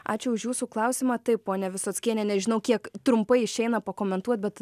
ačiū už jūsų klausimą taip ponia visockiene nežinau kiek trumpai išeina pakomentuot bet